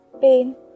pain